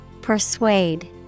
Persuade